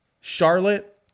Charlotte